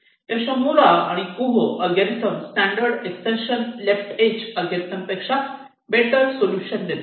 Yoshimura आणि Kuh algorithm standard extension left is algorithm पेक्षा better solution देतो